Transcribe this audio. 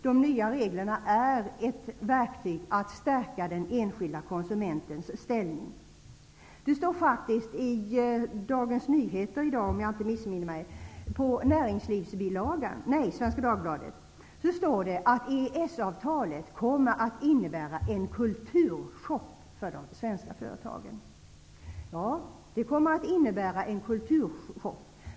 De nya reglerna innebär verkligen att man stärker den enskilda konsumentens ställning. Det står i dag i Svenska Dagbladets näringslivsbilaga att EES-avtalet kommer att innebära en kulturchock för de svenska företagen. Ja, det kommer det att göra.